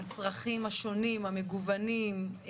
הצרכים השונים המגוונים,